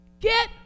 Get